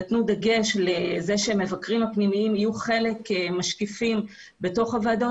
נתנו דגש לזה שהמבקרים הפנימיים יהיו חלק משקיפים בתוך הוועדות,